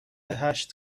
هشت